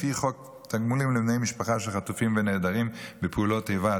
לפי חוק תגמולים לבני משפחה של חטופים ונעדרים בפעולות איבה,